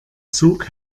zug